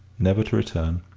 never to return.